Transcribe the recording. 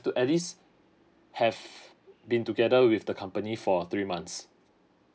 to at least have been together with the company for three months